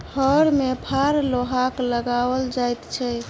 हर मे फार लोहाक लगाओल जाइत छै